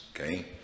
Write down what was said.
Okay